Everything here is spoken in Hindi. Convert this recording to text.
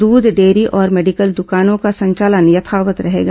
दूध डेयरी और मेडिकल द्वकानों का संचालन यथावत रहेगा